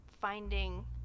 finding